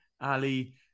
Ali